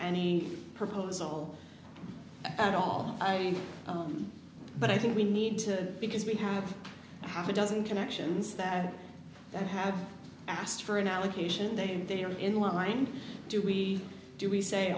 any proposal at all i but i think we need to because we have half a dozen connections that that have asked for an allocation they think they are in line do we do we say